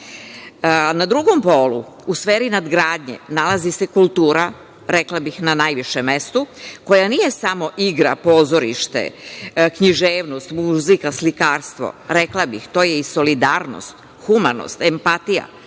drugom polju, u sferi nadgradnje nalazi se kultura, rekla bih na najvišem mestu koja nije samo igra, pozorište, književnost, muzika, slikarstvo, rekla bih to je i solidarnost, humanost, empatija,